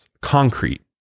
concrete